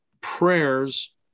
prayers